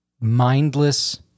mindless